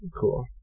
Cool